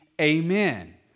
Amen